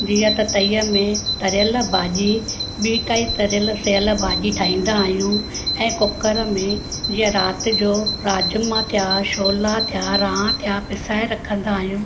जीअं त तईअ में तरियलु भाॼी ॿी काई तरियलु सेहलु भाॼी ठाहींदा आहियूं ऐं कुकर में जीअं राति जो राजमा थिया छोला थिया राहं थिया पिसाए रखंदा आहियूं